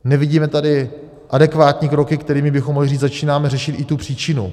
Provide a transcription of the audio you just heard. Nevidíme tady adekvátní kroky, kterými bychom mohli říct, začínáme řešit i příčinu.